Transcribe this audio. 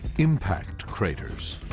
impact craters.